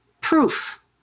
proof